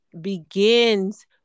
begins